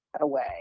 away